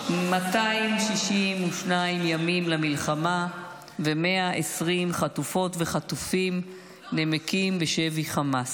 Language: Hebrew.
262 ימים למלחמה ו-120 חטופות וחטופים נמקים בשבי חמאס.